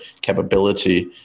capability